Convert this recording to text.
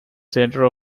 center